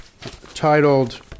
titled